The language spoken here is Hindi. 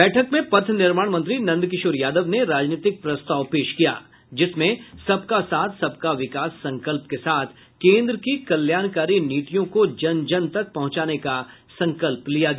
बैठक में पथ निर्माण मंत्री नंदकिशोर यादव ने राजनीतिक प्रस्ताव पेश किया जिसमें सबका साथ सबका विकास संकल्प के साथ केन्द्र की कल्याणकारी नीतियों को जन जन तक पहुंचाने का संकल्प लिया गया